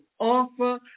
offer